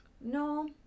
No